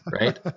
right